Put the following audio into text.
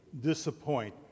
disappoint